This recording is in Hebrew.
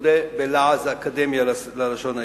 המכונה בלעז האקדמיה ללשון העברית,